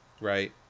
Right